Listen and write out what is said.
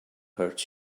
hurt